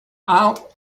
entre